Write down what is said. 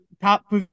top